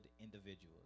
individuals